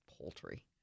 poultry